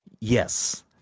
Yes